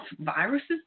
viruses